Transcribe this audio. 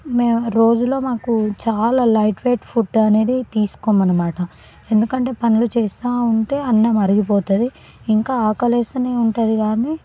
మేము రోజులో మాకూ చాలా లైట్ వెయిట్ ఫుడ్ అనేది తీసుకోమన్నమాట ఎందుకంటే పనులు చేస్తూ ఉంటే అన్నం అరిగిపోతుంది ఇంకా ఆకలేస్తూనే ఉంటుంది కానీ